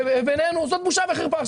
זאת בושה וחרפה.